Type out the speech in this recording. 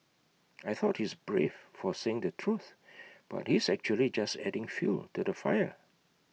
I thought he's brave for saying the truth but he's actually just adding fuel to the fire